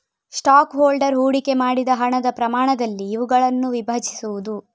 stock holder ಹೂಡಿಕೆ ಮಾಡಿದ ಹಣದ ಪ್ರಮಾಣದಲ್ಲಿ ಇವುಗಳನ್ನು ವಿಭಜಿಸುವುದು